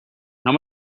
how